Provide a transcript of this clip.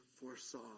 foresaw